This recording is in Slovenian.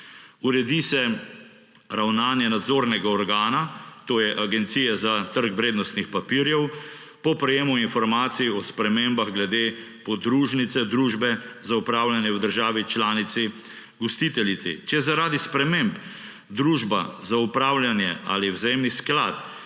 Uredi se ravnanje nadzornega organa, to je Agencije za trg vrednostnih papirjev, po prejemu informacij o spremembah glede podružnice družbe za upravljanje v državi članici gostiteljici. Če zaradi sprememb družba za upravljanje ali vzajemni sklad